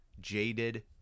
jaded